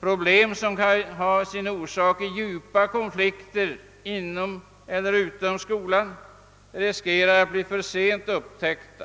Problem som kan ha sin orsak i djupa konflikter inom eller utom skolan riskerar att bli för sent upptäckta.